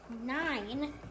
nine